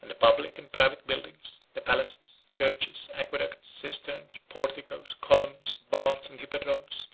and the public and private buildings, the palaces, churches, aqueducts, cisterns, porticos, columns, baths, and hippodromes,